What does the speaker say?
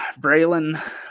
Braylon